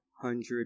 hundred